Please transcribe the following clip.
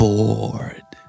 Bored